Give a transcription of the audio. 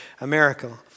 America